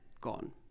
gone